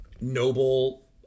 noble